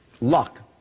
luck